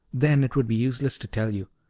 then it would be useless to tell you.